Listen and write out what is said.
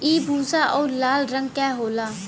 इ भूरा आउर लाल रंग क होला